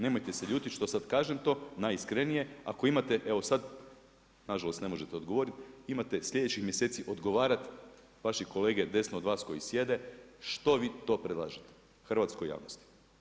Nemojte se ljuti što sada kažem to, najiskrenije, ako imate evo sad, nažalost ne možete odgovoriti, imate sljedećih mjeseci odgovarati, vaši kolege desno od vas koji sjede, što vi to predlažete hrvatskoj javnosti?